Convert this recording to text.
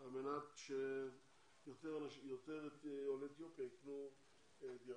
על מנת שיותר עולי אתיופיה יקנו דירה.